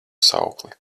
saukli